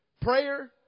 Prayer